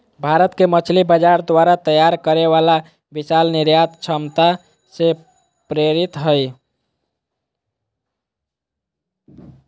भारत के मछली बाजार द्वारा तैयार करे वाला विशाल निर्यात क्षमता से प्रेरित हइ